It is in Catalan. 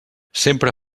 sempre